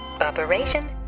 Operation